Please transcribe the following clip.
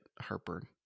heartburn